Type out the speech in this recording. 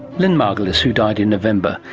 lynn margulis, who died in november.